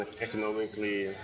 economically